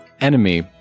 enemy